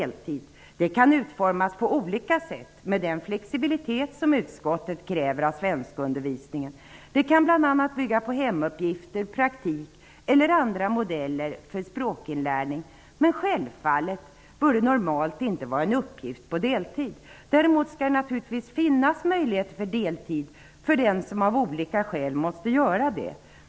Den kan utformas på olika sätt med den flexibilitet som utskottet kräver av svenskundervisningen. Det kan bl.a. bygga på hemuppgifter, praktik eller andra modeller för språkinlärning. Men självfallet bör det normalt inte vara en uppgift på deltid. Däremot skall det naturligtvis finnas möjlighet att studera på deltid för den som av olika skäl måste göra det.